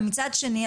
מצד שני,